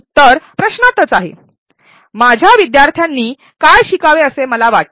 उत्तर प्रश्नातच आहे माझ्या विद्यार्थ्यांनी काय शिकावे असे मला वाटते